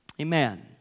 Amen